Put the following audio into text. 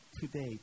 today